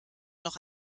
noch